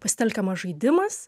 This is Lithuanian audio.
pasitelkiamas žaidimas